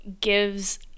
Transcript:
gives